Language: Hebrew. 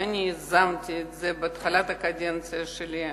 ואני יזמתי בהתחלת הקדנציה שלי,